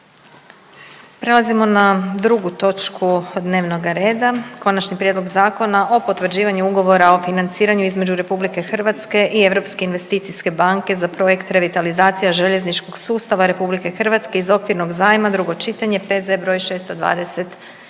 **Jandroković, Gordan (HDZ)** Konačni prijedlog Zakona o potvrđivanju Ugovora o financiranju između RH i Europske investicijske banke za projekt „Revitalizacija željezničkog sustava RH“ iz okvirnog zajma, drugo čitanje, P.Z. broj 629.